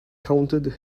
counted